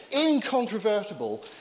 incontrovertible